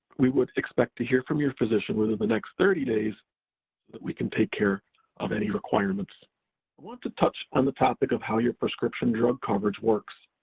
we would expect to hear from your physician within the next thirty days, so that we can take care of any requirements. i want to touch on the topic of how your prescription drug coverage works,